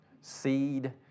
seed